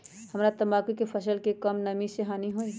हमरा तंबाकू के फसल के का कम नमी से हानि होई?